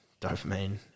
dopamine